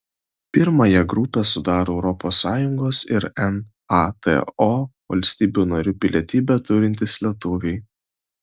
pirmąją grupę sudarę europos sąjungos ir nato valstybių narių pilietybę turintys lietuviai